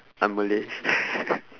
I'm malay